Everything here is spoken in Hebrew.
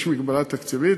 יש מגבלה תקציבית.